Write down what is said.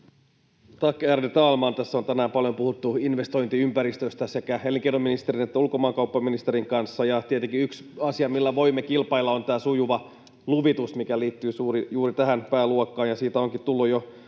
ärade talman! Täällä on tänään paljon puhuttu investointiympäristöstä sekä elinkeinoministerin että ulkomaankauppaministerin kanssa, ja tietenkin yksi asia, millä voimme kilpailla, on tämä sujuva luvitus, mikä liittyy juuri tähän pääluokkaan,